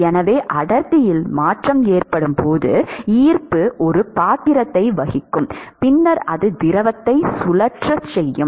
எனவே அடர்த்தியில் மாற்றம் ஏற்படும் போது ஈர்ப்பு ஒரு பாத்திரத்தை வகிக்கும் பின்னர் அது திரவத்தை சுழற்றச் செய்யும்